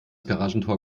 garagentor